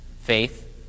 Faith